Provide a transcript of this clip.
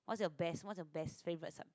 what's the best what's the best favorite